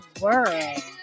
world